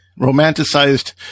romanticized